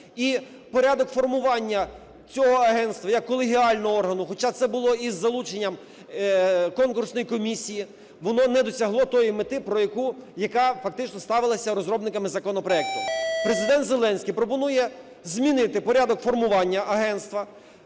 і порядок формування агентства як колегіального органу, хоча це було із залученням конкурсної комісії, воно не досягло тієї мети, яка фактично ставилася розробниками законопроекту. Президент Зеленський пропонує змінити порядок формування агентства,